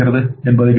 என்பதை கவனிக்கவும்